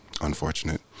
Unfortunate